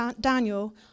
Daniel